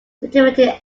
situated